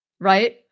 Right